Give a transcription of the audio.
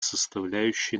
составляющей